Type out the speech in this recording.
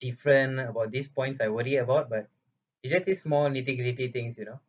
different about these points I worry about but it just this small nitty gritty things you know